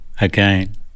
again